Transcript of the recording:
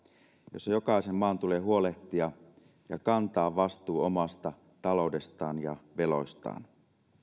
jossa jokaisen maan tulee huolehtia ja kantaa vastuu omasta taloudestaan ja veloistaan